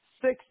six